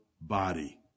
body